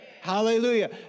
Hallelujah